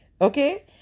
okay